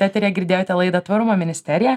eteryje girdėjote laidą tvarumo ministerija